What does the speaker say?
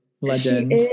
Legend